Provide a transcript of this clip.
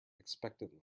expectantly